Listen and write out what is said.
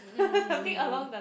mm maybe